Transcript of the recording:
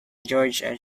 george